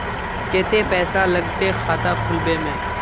केते पैसा लगते खाता खुलबे में?